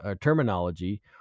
terminology